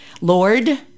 Lord